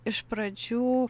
iš pradžių